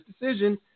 decision